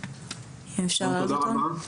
את רשות הדיבור.